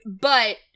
But-